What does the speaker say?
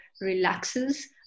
relaxes